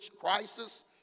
crisis